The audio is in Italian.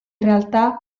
realtà